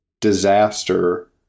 disaster